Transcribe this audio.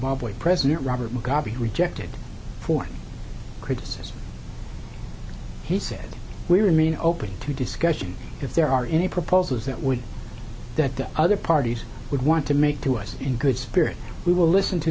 zimbabwe president robert mugabe rejected for criticism he said we remain open to discussion if there are any proposals that would that the other parties would want to make to us in good spirit we will listen to